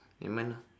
nevermind ah